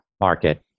market